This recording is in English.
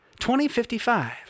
2055